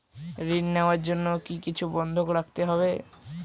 ঋণ নেওয়ার জন্য কি কিছু বন্ধক রাখতে হবে?